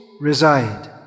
reside